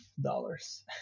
dollars